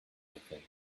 anything